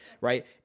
right